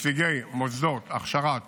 נציגי מוסדות הכשרת